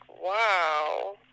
wow